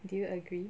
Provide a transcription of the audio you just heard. do you agree